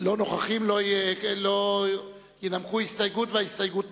לא נוכחים, לא ינמקו ההסתייגות, וההסתייגות נופלת.